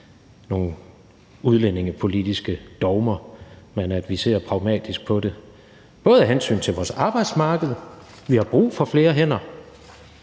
nogle udlændingepolitiske dogmer, men som vi ser pragmatisk på, både af hensyn til vores arbejdsmarked – vi har brug for flere hænder